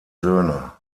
söhne